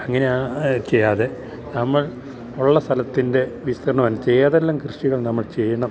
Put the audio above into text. അങ്ങനെ ചെയ്യാതെ നമ്മൾ ഉള്ള സ്ഥലത്തിൻ്റെ വിസ്തീർണം അനുസരിച്ച് ഏതെല്ലാം കൃഷികൾ നമ്മൾ ചെയ്യണം